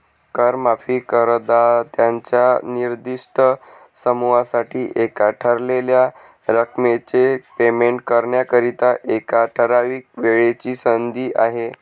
कर माफी करदात्यांच्या निर्दिष्ट समूहासाठी एका ठरवलेल्या रकमेचे पेमेंट करण्याकरिता, एका ठराविक वेळेची संधी आहे